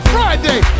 Friday